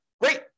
Great